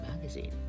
magazine